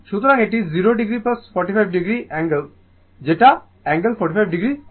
সুতরাং এটি 0 o 45 o angle angle 45o হবে